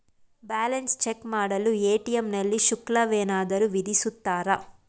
Balance check ಮಾಡಲು ATM ನಲ್ಲಿ ಶುಲ್ಕವೇನಾದರೂ ವಿಧಿಸುತ್ತಾರಾ?